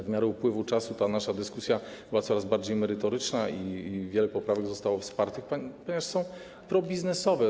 W miarę upływu czasu ta nasza dyskusja była coraz bardziej merytoryczna i wiele poprawek zostało popartych, ponieważ są probiznesowe.